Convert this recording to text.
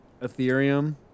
Ethereum